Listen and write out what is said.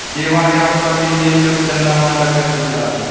त्योहार या उत्सव के लिए भी लोग चंदा मांग कर पैसा जुटाते हैं